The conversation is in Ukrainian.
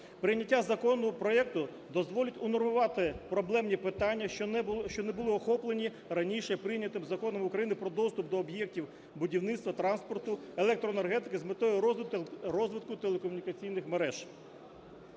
Прийняття законопроекту дозволить унормувати проблемні питання, що не були охоплені раніше прийнятим Законом України "Про доступ до об'єктів будівництва, транспорту, електроенергетики з метою розвитку телекомунікаційних мереж",